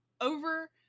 over